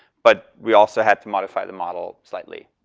but we also had to modify the model slightly.